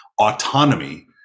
autonomy